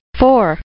four